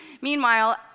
Meanwhile